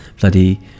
bloody